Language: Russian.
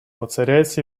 воцаряется